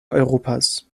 europas